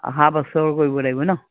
অহা বছৰ কৰিব লাগিব নহ্